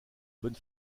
bonne